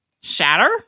Shatter